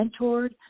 mentored